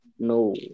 No